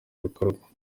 bikorwa